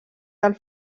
del